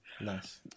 Nice